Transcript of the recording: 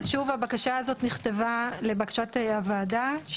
שוב, הבקשה הזו נכתבה לבקשת הוועדה.